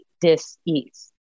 dis-ease